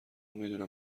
میدونم